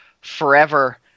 forever